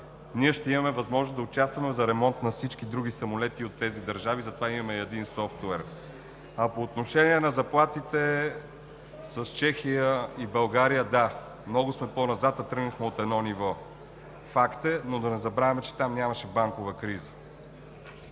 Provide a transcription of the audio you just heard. ще имаме възможност да участваме за ремонт на всички други самолети от тези държави, затова имаме и един софтуер. По отношение на заплатите с Чехия и България. Да, много сме по-назад, а тръгнахме от едно ниво. Факт е, но да не забравяме, че там нямаше банкова криза.